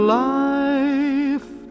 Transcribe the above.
life